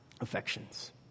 affections